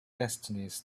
destinies